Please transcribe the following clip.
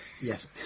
Yes